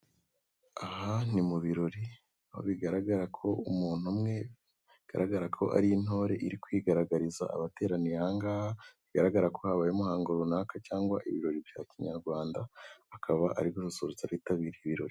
Aha ni mu birori aho bigaragara ko umuntu umwe bigaragara ko ari intore iri kwigaragariza abateraniye ahangaha, bigaragara ko habaye umuhango runaka cyangwa ibirori bya kinyarwanda, akaba arimo arasusurutsa abitabiriye ibirori.